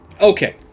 Okay